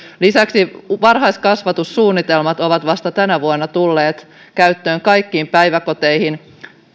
lisäksi varhaiskasvatussuunnitelmat ovat vasta tänä vuonna tulleet käyttöön kaikkiin päiväkoteihin